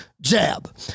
Jab